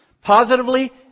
positively